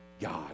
God